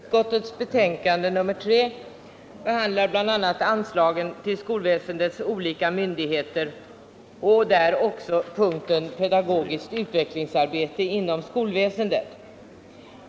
Herr talman! Utbildningsutskottets betänkande nr 3 behandlar bl.a. anslagen till skolväsendets olika myndigheter. Där återfinns också punkten Pedagogiskt utvecklingsarbete inom skolväsendet.